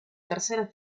tercera